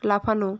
লাফানো